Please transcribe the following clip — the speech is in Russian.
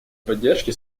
поддержки